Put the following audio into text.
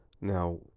Now